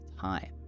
time